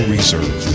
Reserve